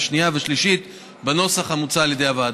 שנייה ושלישית בנוסח המוצע על ידי הוועדה.